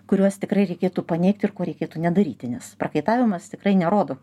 kuriuos tikrai reikėtų paneigti ir ko reikėtų nedaryti nes prakaitavimas tikrai nerodo